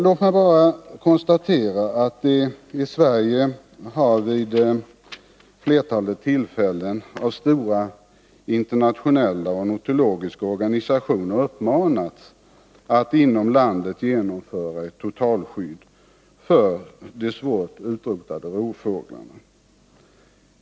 Låt mig bara konstatera att Sverige vid flera tillfällen av stora internationella ornitologiska organisationer uppmanats att införa totalskydd för de 75 utrotningshotade rovfåglarna.